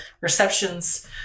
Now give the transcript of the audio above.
receptions